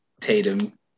Tatum